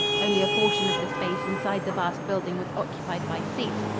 only a portion of the space inside the vast building was occupied by seats,